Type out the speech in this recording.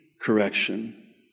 correction